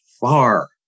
far